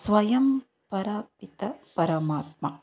ಸ್ವಯಂ ಪರ ಮಿತ ಪರಮಾತ್ಮ